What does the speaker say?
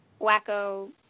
Wacko